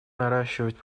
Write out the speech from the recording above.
наращивать